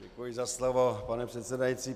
Děkuji za slovo, pane předsedající.